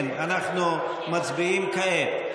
כן, אנחנו מצביעים כעת.